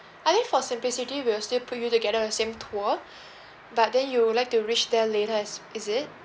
I think for simplicity we'll still put you together in a same tour but then you would like to reach there at latest is it